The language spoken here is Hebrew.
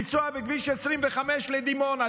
לנסוע בכביש 25 לדימונה,